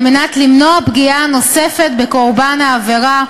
על מנת למנוע פגיעה נוספת בקורבן העבירה,